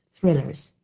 Thrillers